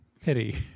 pity